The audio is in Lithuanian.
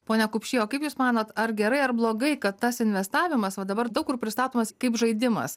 pone kupšy o kaip jūs manot ar gerai ar blogai kad tas investavimas va dabar daug kur pristatomas kaip žaidimas